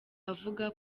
avuga